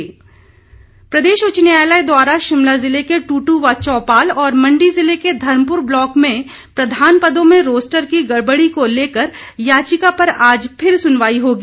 सुनवाई प्रदेश उच्च न्यायालय द्वारा शिमला जिले के टूटू व चौपाल और मंडी जिले के धर्मपुर ब्लॉक में प्रधान पदों में रोस्टर की गड़बड़ी को लेकर याचिका पर आज फिर सुनवाई होगी